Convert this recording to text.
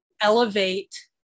elevate